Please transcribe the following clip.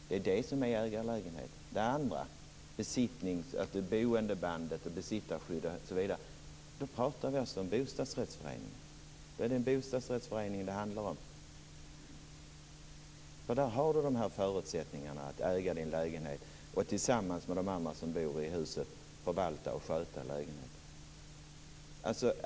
Det är det som är ägarlägenhet. Besittningsskyddet och boendebandet hänger samman med bostadsrättsföreningar. Där finns förutsättningar att äga sin lägenhet och tillsammans med de andra som bor i huset förvalta och sköta lägenheterna.